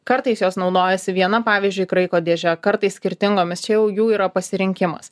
kartais jos naudojasi viena pavyzdžiui kraiko dėže kartais skirtingomis čia jau jų yra pasirinkimas